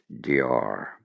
Dior